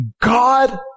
God